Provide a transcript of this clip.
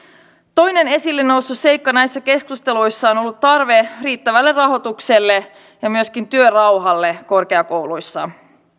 toinen esille noussut seikka näissä keskusteluissa on on ollut tarve riittävälle rahoitukselle ja myöskin työrauhalle korkeakouluissa